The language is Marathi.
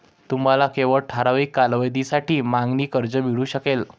तुम्हाला केवळ ठराविक कालावधीसाठी मागणी कर्ज मिळू शकेल